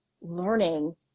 learning